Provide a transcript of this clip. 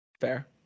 Fair